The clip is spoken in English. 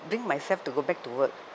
bring myself to go back to work